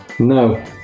no